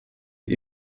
die